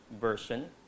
Version